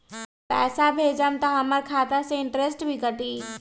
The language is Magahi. पैसा भेजम त हमर खाता से इनटेशट भी कटी?